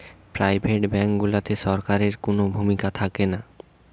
private bank গুলাতে সরকারের কুনো ভূমিকা থাকেনা